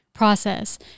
Process